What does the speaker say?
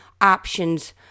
options